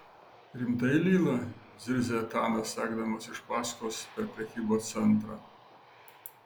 rimtai lila zirzia etanas sekdamas iš paskos per prekybos centrą